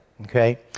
Okay